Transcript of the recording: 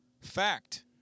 fact